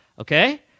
Okay